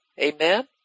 Amen